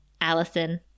Allison